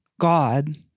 God